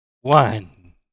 one